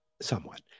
somewhat